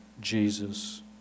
Jesus